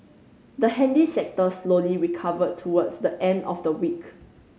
the handy sector slowly recovered towards the end of the week